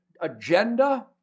agenda